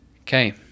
Okay